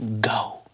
go